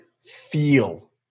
feel